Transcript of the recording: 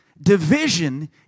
division